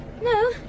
No